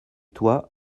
toi